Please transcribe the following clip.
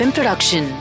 Production